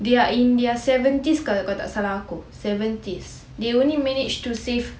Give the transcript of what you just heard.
they are in their seventies kalau tak salah aku they only managed to save